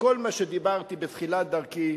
שכל מה שדיברתי בתחילת דרכי,